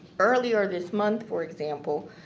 earlier this month for example,